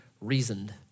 Reasoned